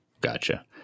Gotcha